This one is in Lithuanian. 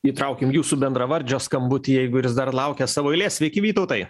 įtraukim jūsų bendravardžio skambutį jeigu ir jis dar laukia savo eilės sveiki vytautai